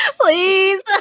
please